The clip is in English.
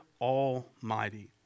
Almighty